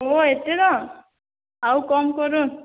ଓହୋ ଏତେ ଦାମ୍ ଆଉ କମ୍ କରୁନ୍